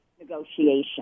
negotiation